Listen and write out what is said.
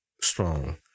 strong